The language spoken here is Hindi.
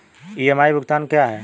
ई.एम.आई भुगतान क्या है?